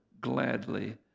Gladly